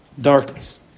darkness